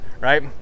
right